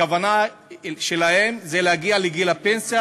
הכוונה שלהם זה להגיע לגיל הפנסיה,